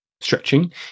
stretching